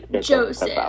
Joseph